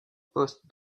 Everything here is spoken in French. poste